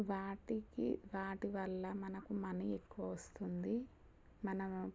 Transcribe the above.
వాటికి వాటి వల్ల మనకు మనీ ఎక్కువ వస్తుంది మనము